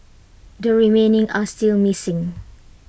the remaining are still missing